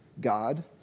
God